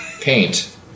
Paint